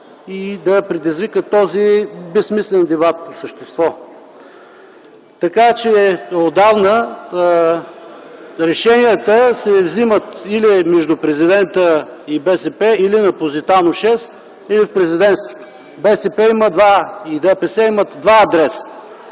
и да предизвикат този безсмислен дебат по същество. Отдавна решенията се вземат или между президента и БСП, или на „Позитано” № 6, или в Президентството. БСП и ДПС имат два адреса